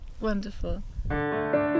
wonderful